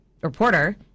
reporter